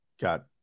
got